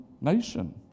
nation